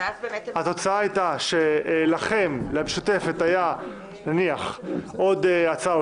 התוצאה הייתה שלמשותפת היה עוד הצעה או